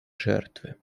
жертвы